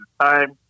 time